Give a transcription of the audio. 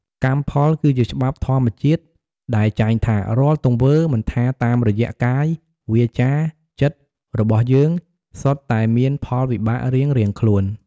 កម្មផលគឺជាច្បាប់ធម្មជាតិដែលចែងថា រាល់ទង្វើ មិនថាតាមរយៈ កាយ វាចា ចិត្ត របស់យើង សុទ្ធតែមានផលវិបាករៀងៗខ្លួន។